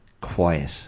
quiet